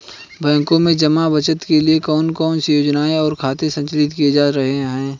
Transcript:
बैंकों में जमा बचत के लिए कौन कौन सी योजनाएं और खाते संचालित किए जा रहे हैं?